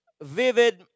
vivid